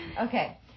okay